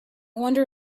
wonder